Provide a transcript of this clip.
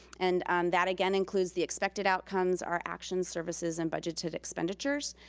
and um that, again, includes the expected outcomes, our actions, services and budgeted expenditures.